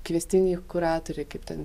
kviestiniai kuratoriai kaip ten